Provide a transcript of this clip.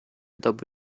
dopo